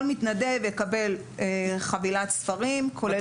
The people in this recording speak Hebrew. כל מתנדב יקבל חבילת ספרים כולל פעילויות.